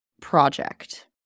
project